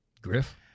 Griff